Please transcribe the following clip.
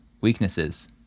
Weaknesses